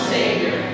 Savior